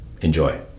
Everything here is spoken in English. Enjoy